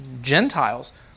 Gentiles